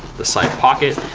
the side pocket.